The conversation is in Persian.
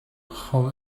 خوب